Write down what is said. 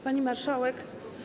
Pani Marszałek!